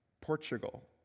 Portugal